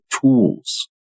tools